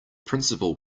principal